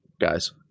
guys